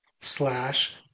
slash